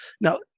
Now